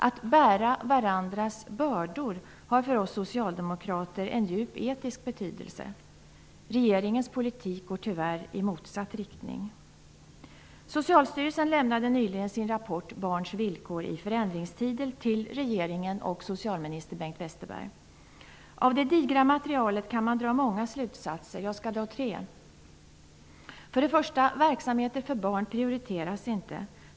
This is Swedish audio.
Att bära varandras bördor har för oss socialdemokrater en djup etisk betydelse. Regeringens politik går tyvärr i motsatt riktning. Socialstyrelsen lämnade nyligen sin rapport Barns villkor i förändringstider till regeringen och socialminister Bengt Westerberg. Av det digra materialet kan man dra många slutsatser. Jag skall dra tre: För det första prioriteras inte verksamheter för barn.